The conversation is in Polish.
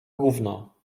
gówno